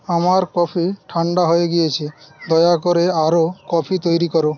আমার কফি ঠান্ডা হয়ে গিয়েছে দয়া করে আরও কফি তৈরি করো